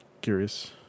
curious